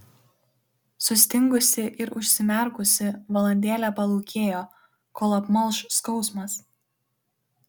sustingusi ir užsimerkusi valandėlę palūkėjo kol apmalš skausmas